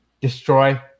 destroy